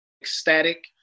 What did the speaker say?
ecstatic